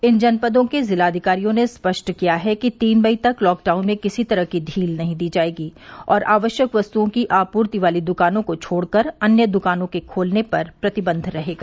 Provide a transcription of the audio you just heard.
इन जनपदों के जिलाधिकारियों ने स्पष्ट किया है कि तीन मई तक लॉकडाउन में किसी तरह की ढील नहीं दी जाएगी और आवश्यक वस्तुओं की आपूर्ति वाली दुकानों को छोड़कर अन्य दुकानों के खोलने पर प्रतिबन्ध रहेगा